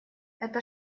это